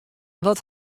wat